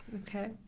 Okay